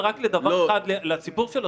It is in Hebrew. לפחות שיעזרו לנו